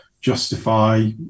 justify